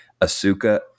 Asuka